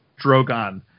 Drogon